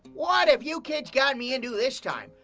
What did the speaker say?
what have you kids gotten me into this time?